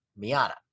Miata